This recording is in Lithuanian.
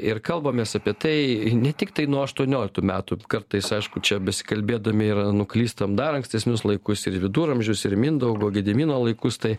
ir kalbamės apie tai ne tiktai nuo aštuonioliktų metų kartais aišku čia besikalbėdami ir nuklystam dar ankstesnius laikus ir į viduramžius ir į mindaugo gedimino laikus tai